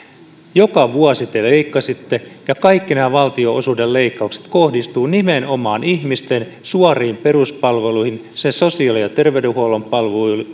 joka vuosi te leikkasitte ja kaikki nämä valtionosuuden leikkaukset kohdistuvat nimenomaan ihmisten suoriin peruspalveluihin sosiaali ja terveydenhuollon